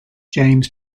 james